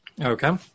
Okay